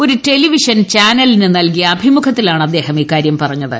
ഒരു ടെലിവിഷൻ ചാനലിന് നൽകിയ അഭിമുഖത്തിലാണ് അദ്ദേഹം ഇക്കാര്യം പറഞ്ഞത്